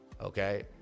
okay